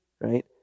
Right